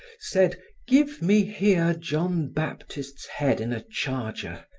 said give me here john baptist's head in a charger.